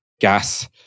gas